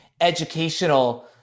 educational